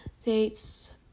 Dates